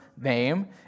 name